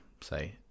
say